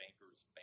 bankers